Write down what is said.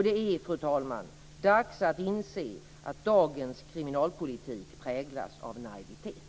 Det är, fru talman, dags att inse att dagens kriminalvårdspolitik präglas av naivitet.